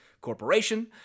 corporation